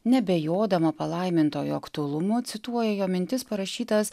neabejodama palaimintojo aktualumu cituoja jo mintis parašytas